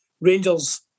Rangers